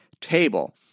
table